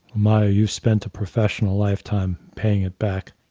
maya, you spent a professional lifetime paying it back.